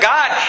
God